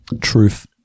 Truth